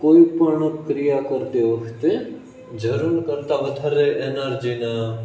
કોઈપણ ક્રિયા કરતી વખતે જરૂર કરતાં વધારે એનર્જી ના